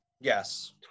yes